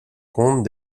compte